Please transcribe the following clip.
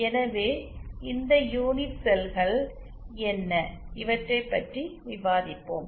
எனவே இந்த யூனிட் செல்கள் என்ன இவற்றை பற்றி விவாதிப்போம்